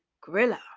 gorilla